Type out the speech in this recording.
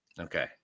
Okay